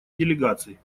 делегаций